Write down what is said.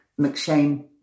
McShane